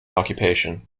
occupation